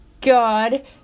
God